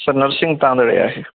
sir Narsing Tandale आहे